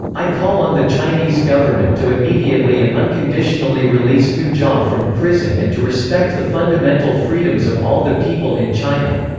i call on the chinese government to immediately and unconditionally release hu jia from prison and to respect the fundamental freedoms of all the people in china.